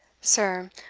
sir,